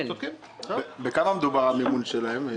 בכמה מדובר, המימון שלהם?